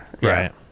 Right